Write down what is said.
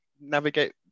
navigate